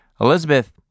Elizabeth